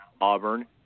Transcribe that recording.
Auburn